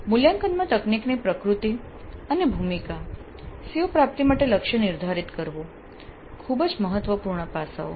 મૂલ્યાંકનમાં તકનીકની પ્રકૃતિ અને ભૂમિકા CO પ્રાપ્તિ માટે લક્ષ્ય નિર્ધારિત કરવું ખૂબ જ મહત્વપૂર્ણ પાસાઓ